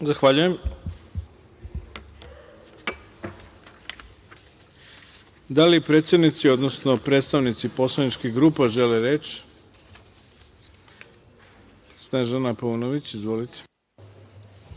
Zahvaljujem. Da li predsednici, odnosno predstavnici poslaničkih grupa žele reč? Reč ima Snežana Paunović. Izvolite.